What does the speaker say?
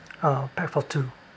uh pax for two